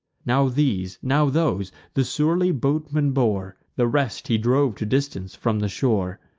now these, now those, the surly boatman bore the rest he drove to distance from the shore.